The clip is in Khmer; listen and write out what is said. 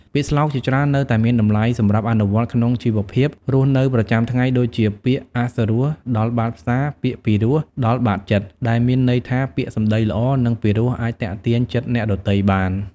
ពាក្យស្លោកជាច្រើននៅតែមានតម្លៃសម្រាប់អនុវត្តក្នុងជីវភាពរស់នៅប្រចាំថ្ងៃ ដូចជា "ពាក្យអសុរស ដល់បាតផ្សារ ពាក្យពីរោះ ដល់បាតចិត្ត" ដែលមានន័យថា ពាក្យសម្តីល្អ និងពីរោះអាចទាក់ទាញចិត្តអ្នកដទៃបាន។